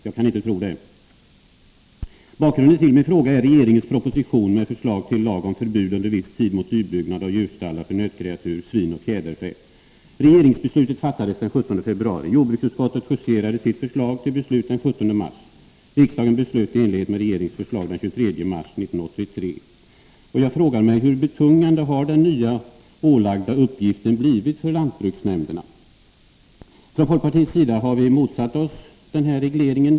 Jag kan inte tro det. Bakgrunden till min fråga är regeringens proposition 1982/83:112 med förslag till lag om förbud under viss tid mot nybyggnad av djurstallar för nötkreatur, svin och fjäderfä. Regeringsbeslutet fattades den 17 februari. Jordbruksutskottet justerade sitt förslag till beslut den 17 mars. Riksdagen beslöt i enlighet med regeringens förslag den 23 mars 1983. Jag frågar mig: Hur betungande har den nya uppgift som ålagts lantbruksnämnderna blivit för dem? Från folkpartiets sida har vi motsatt oss denna reglering.